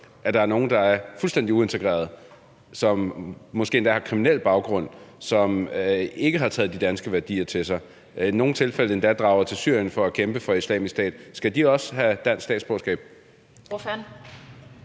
det danske samfund, jo er fuldstændig uintegrerede, som måske endda har kriminel baggrund, og som ikke har taget de danske værdier til sig og i nogle tilfælde endda draget til Syrien for at kæmpe for Islamisk Stat? Skal de også have dansk statsborgerskab?